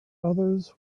others